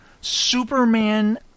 Superman